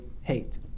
hate